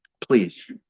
please